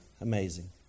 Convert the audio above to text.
Amazing